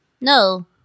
No